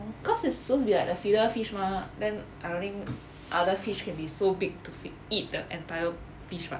cause it's so weird the filler fish mah then I think other fish can be so big to eat the entire fish [what]